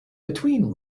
between